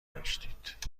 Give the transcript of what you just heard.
داشتید